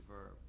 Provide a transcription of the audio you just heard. verb